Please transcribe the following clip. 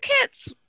kits